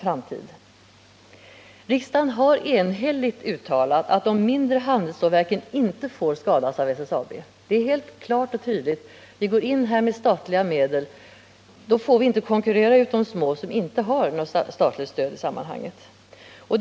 |: Riksdagen har enhälligt uttalat att de mindre handelsstålverken inte får skadas av SSAB. När vi nu sätter in statliga rmedel är det helt klart att vi inte får konkurrera ut de företag som inte har något statligt stöd i detta sammanhang.